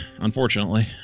unfortunately